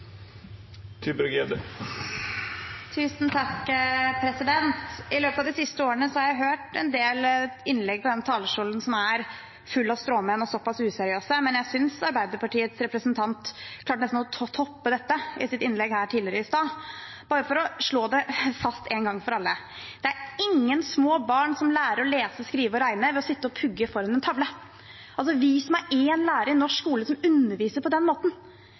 I løpet av de siste årene har jeg hørt en del innlegg fra denne talerstolen som er useriøse og fulle av stråmenn, men jeg synes Arbeiderpartiets representant nesten klarte å toppe dette i sitt innlegg her tidligere. Bare for å slå det fast én gang for alle: Det er ingen små barn som lærer å lese, skrive og regne ved å sitte og pugge foran en tavle. Vis meg én lærer i norsk skole som underviser på den måten.